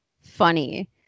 funny